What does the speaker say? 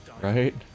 right